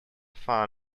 fun